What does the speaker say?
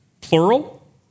Plural